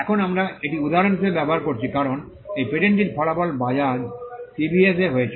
এখন আমরা এটি উদাহরণ হিসাবে ব্যবহার করছি কারণ এই পেটেন্টটির ফলাফল বাজাজ টিভিএসে হয়েছিল